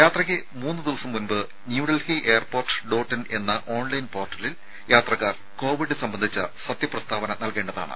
യാത്രയ്ക്ക് മൂന്നുദിവസം മുമ്പ് ന്യൂഡൽഹി എയർപോർട്ട് ഡോട്ട് ഇൻ എന്ന ഓൺലൈൻ പോർട്ടലിൽ യാത്രക്കാർ കോവിഡ് സംബന്ധിച്ച സത്യപ്രസ്താവന നൽകേണ്ടതാണ്